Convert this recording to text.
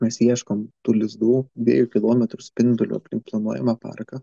mes ieškom tų lizdų dviejų kilometrų spinduliu aplink planuojamą parką